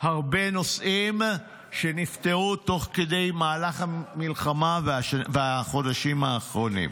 הרבה נושאים נפתרו תוך כדי מהלך המלחמה והחודשים האחרונים.